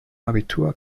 abitur